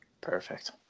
Perfect